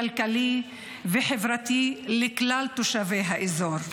כלכלי וחברתי לכלל תושבי האזור.